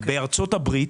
בארצות-הברית,